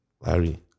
Larry